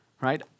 right